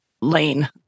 lane